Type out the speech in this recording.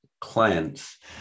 clients